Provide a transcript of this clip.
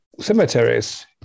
cemeteries